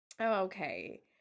Okay